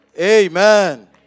Amen